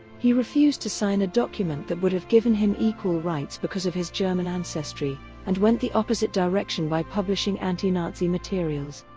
he refused to sign a document that would have given him equal rights because of his german ancestry and went the opposite direction by publishing anti-nazi materials.